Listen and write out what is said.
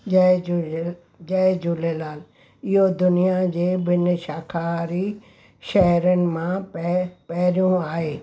जय झूले जय झूलेलाल इहो दुनिया जे ॿिनि शाकाहारी शहरनि मां पहि पहिरियों आहे